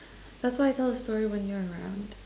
that's why I tell the story when you're around